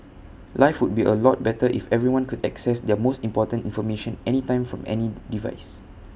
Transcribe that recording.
life would be A lot better if everyone could access their most important information anytime from any device